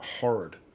horrid